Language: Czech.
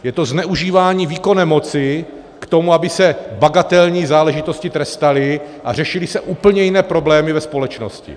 Je to zneužívání výkonné moci k tomu, aby se bagatelní záležitosti trestaly a řešily se úplně jiné problémy ve společnosti.